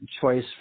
choice